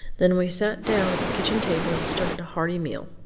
then we sat down at the kitchen-table and started a hearty meal.